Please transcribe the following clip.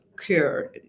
cure